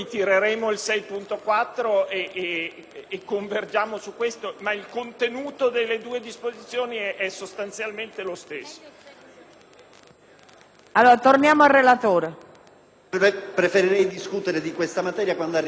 Il contenuto delle due disposizioni è sostanzialmente lo stesso.